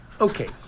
Okay